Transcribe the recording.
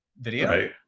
video